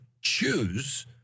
choose